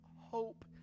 hope